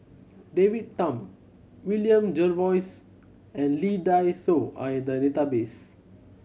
David Tham William Jervois and Lee Dai Soh are in the database